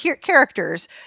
characters